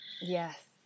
Yes